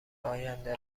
آینده